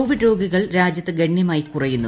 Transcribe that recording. Covid രോഗികൾ രാജ്യത്ത് ഗണ്യമായി കുറയുന്നു